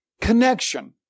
connection